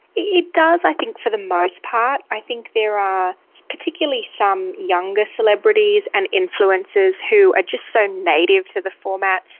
it does i think for the most part. i think there are particularly some younger celebrities and influencers who are just so native to the format.